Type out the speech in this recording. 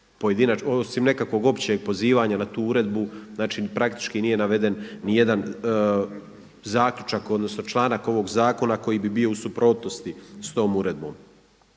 osim nekakvog općeg pozivanja na tu uredbu praktički nije naveden nijedan zaključak odnosno članak ovog zakona koji bi bio u suprotnosti s tom uredbom.